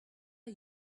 are